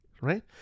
right